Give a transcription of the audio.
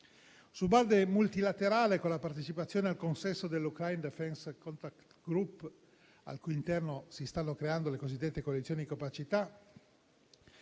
Su base multilaterale, con la partecipazione al consesso di Ukraine Defense Contact Group, al cui interno si stanno creando le cosiddette coalizioni di capacità,